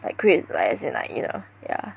like create like as in like you know yeah